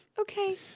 Okay